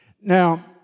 Now